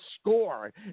score